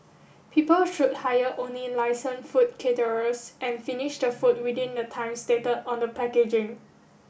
people should hire only licensed food caterers and finish the food within the time stated on the packaging